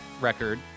record